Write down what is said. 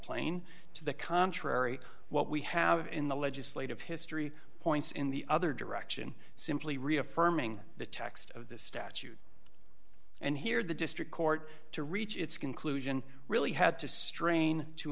plain to the contrary what we have in the legislative history points in the other direction simply reaffirming the text of the statute and here the district court to reach its conclusion really had to strain to